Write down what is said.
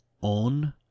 on